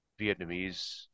Vietnamese